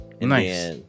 Nice